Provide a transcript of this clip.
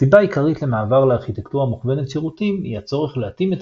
סיבה עיקרית למעבר לארכיטקטורה מוכוונת שירותים היא הצורך להתאים את